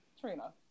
Trina